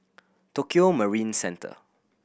Tokio Marine Centre